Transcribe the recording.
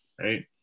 Right